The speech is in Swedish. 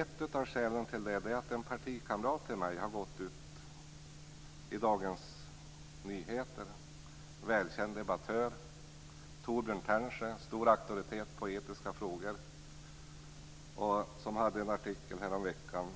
Ett av skälen till detta är att en partikamrat till mig - Torbjörn Tännsjö, välkänd debattör och stor auktoritet i etiska frågor - häromveckan